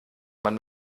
man